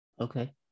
Okay